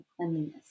cleanliness